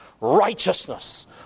righteousness